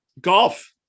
golf